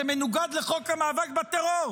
זה מנוגד לחוק המאבק בטרור.